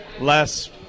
Less